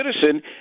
citizen